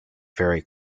very